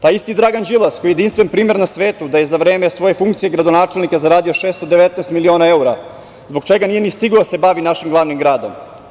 Taj isti Dragan Đilas koji je jedinstven primer na svetu da je za vreme svoje funkcije gradonačelnika zaradio 619 miliona evra zbog čega nije ni stigao da se bavi našim glavnim gradom.